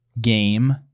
game